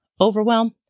overwhelm